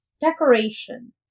Decoration